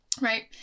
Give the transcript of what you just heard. right